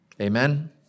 Amen